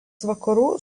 vakarų